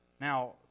Now